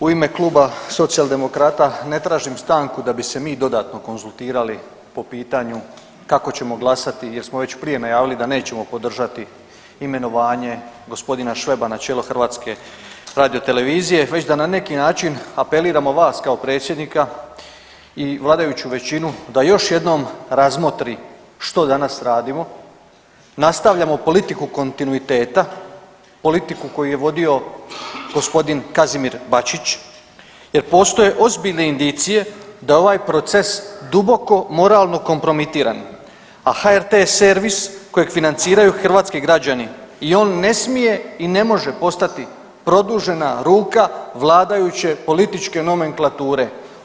U ime Kluba socijaldemokrata ne tražim stanku da bi se mi dodatno konzultirali po pitanju kako ćemo glasati jer smo već prije najavili da nećemo podržati imenovanje g. Šveba na čelo HRT-a već da na neki način apeliramo vas kao predsjednika i vladajuću većinu da još jednom razmotri što danas radimo, nastavljamo politiku kontinuiteta, politiku koji je vodio g. Kazimir Bačić jer postoje ozbiljne indicije da je ovaj proces duboko moralno kompromitiran, a HRT servis kojeg financiraju hrvatski građani i on ne smije i ne može postati produžena ruka vladajuće političke nomenklature.